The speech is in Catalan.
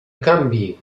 canvi